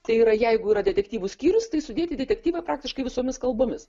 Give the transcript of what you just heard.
tai yra jeigu yra detektyvų skyrius tai sudėti detektyvai praktiškai visomis kalbomis